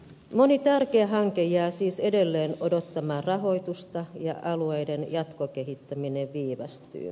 moni tärkeä hanke jää siis edelleen odottamaan rahoitusta ja alueiden jatkokehittäminen viivästyy